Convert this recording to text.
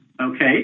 Okay